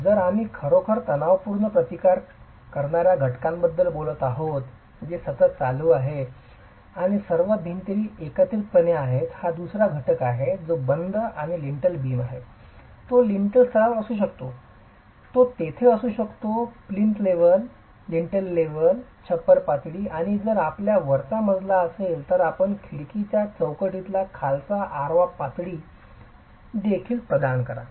तर आम्ही खरोखर तणावपूर्ण प्रतिकार करणार्या घटकाबद्दल बोलत आहोत जे सतत चालू आहे आणि सर्व भिंती एकत्रितपणे धरून आहेत हा दुसरा घटक आहे जो बंध आणि लिंटल बीम आहे तो लिंटेल स्तरावर असू शकतो तो तेथे असू शकतो प्लिंट लेव्हल लिंटेल लेव्हल छप्पर पातळी आणि जर आपल्या वर मजला असेल तर आपण खिडकीच्या चौकटीचा खालचा आडवा पातळी वर देखील प्रदान करा